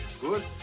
Good